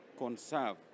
conserve